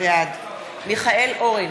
בעד מיכאל אורן,